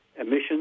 emissions